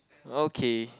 okay